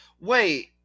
Wait